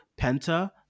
Penta